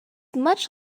much